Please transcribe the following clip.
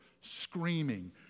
screaming